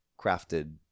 crafted